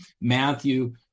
matthew